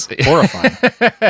horrifying